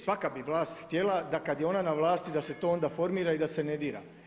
Svaka bi vlast htjela da kad je ona na vlasti da se to onda formira i da se ne dira.